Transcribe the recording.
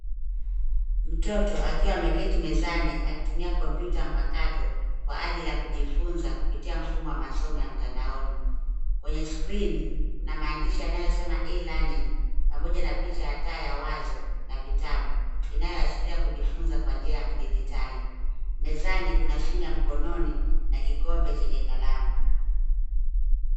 Mtoto akiwa ameketi mezani akitumia kompyuta mpakato kwa ajili ya kujifunza kupitia mfumo wa masomo ya mtandaoni. Kwenye skirini, kuna maandishi yanyosema, E-learning , pamoja na picha ya taa ya wazo, na vitabu, inayoashiria kujifunza kwa njia ya kidijitali. Mezani kuna simu ya mkononi na kikombe chenye kalamu.